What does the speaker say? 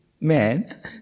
man